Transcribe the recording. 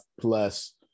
plus